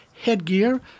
headgear